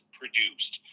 produced